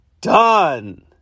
Done